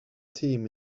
team